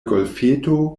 golfeto